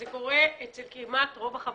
זה קורה אצל כמעט רוב החברות,